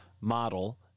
model